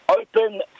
open